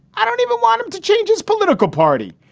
i don't even want him to change his political party.